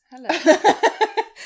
hello